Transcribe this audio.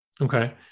Okay